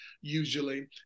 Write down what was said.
usually